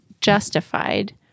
justified